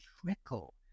trickle